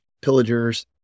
pillagers